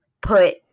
put